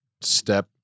step